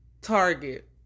Target